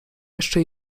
jeszcze